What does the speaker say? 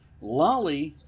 Lolly